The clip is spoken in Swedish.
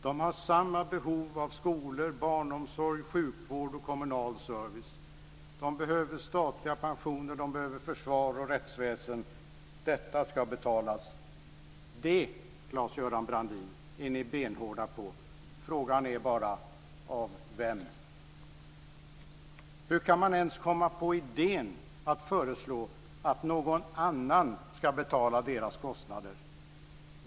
De har samma behov av skolor, barnomsorg, sjukvård och kommunal service. De behöver statliga pensioner, de behöver försvar och rättsväsende. Detta ska betalas. Det - Claes-Göran Brandin - är ni benhårda på. Frågan är bara: Av vem? Hur kan man ens komma på idén att föreslå att någon annan ska betala deras kostnader?